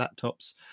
laptops